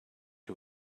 who